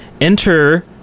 enter